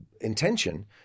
intention